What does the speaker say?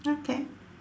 okay